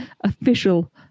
official